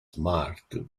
smart